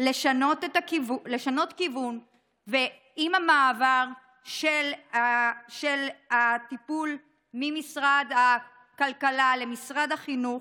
עם המעבר של הטיפול ממשרד הכלכלה למשרד החינוך,